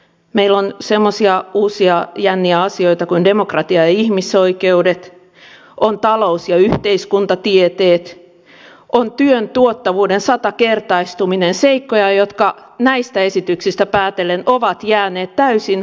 meillä on semmoisia uusia jänniä asioita kuin demokratia ja ihmisoikeudet on talous ja yhteiskuntatieteet on työn tuottavuuden satakertaistuminen seikkoja jotka näistä esityksistä päätellen ovat jääneet täysin huomaamatta